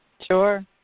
sure